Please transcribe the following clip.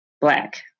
Black